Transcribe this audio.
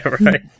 right